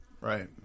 Right